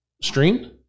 Stream